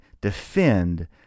defend